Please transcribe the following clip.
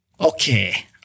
Okay